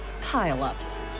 pile-ups